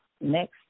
Next